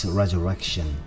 resurrection